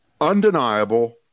undeniable